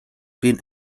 been